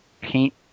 paint